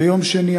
ביום שני,